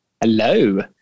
Hello